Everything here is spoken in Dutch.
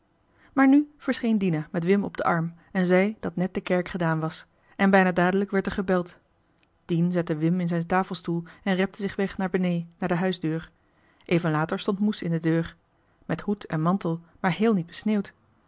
maar nu verscheen dina met wim op den arm johan de meester de zonde in het deftige dorp en zei dat net de kerk gedaan was en bijna dadelijk werd er gebeld dien zette wim in zijn tafelstoel en repte zich weg naar benee naar de huisdeur even later stond moes in de deur met hoed en mantel maar heel niet besneeuwd